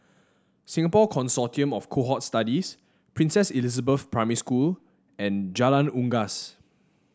Singapore Consortium of Cohort Studies Princess Elizabeth Primary School and Jalan Unggas